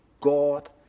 God